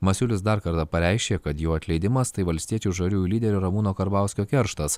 masiulis dar kartą pareiškė kad jo atleidimas tai valstiečių žaliųjų lyderio ramūno karbauskio kerštas